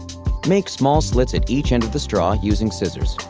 make small slits at each end of the straw using scissors.